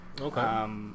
Okay